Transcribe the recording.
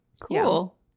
Cool